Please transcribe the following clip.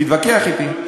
תתווכח אתי.